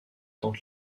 tente